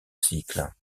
cycle